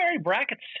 brackets